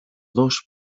dos